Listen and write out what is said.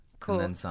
Cool